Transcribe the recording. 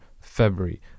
February